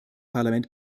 parlament